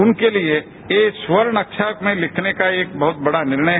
उनके लिए ये स्वर्ण अक्षर में लिखने का एक बहुत बड़ा निर्णय है